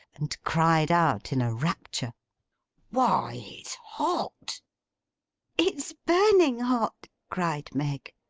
and cried out in a rapture why, it's hot it's burning hot cried meg.